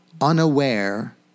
unaware